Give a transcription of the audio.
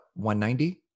190